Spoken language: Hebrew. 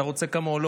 אתה רוצה כמוהו?